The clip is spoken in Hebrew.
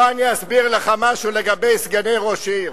בוא אני אסביר לך משהו לגבי סגני ראש עיר.